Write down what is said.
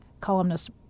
columnist